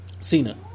Cena